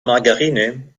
margarine